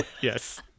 Yes